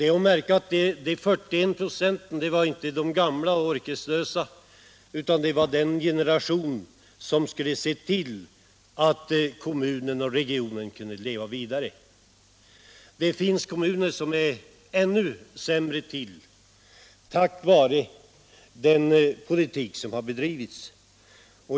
Det är att märka att de 41 procenten inte bestod av gamla och orkeslösa människor, utan det var den generation som skulle ha sett till att kommunen och regionen kunde leva vidare. Det finns kommuner som ligger ännu sämre till på grund av den politik som har bedrivits.